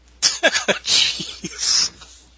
Jeez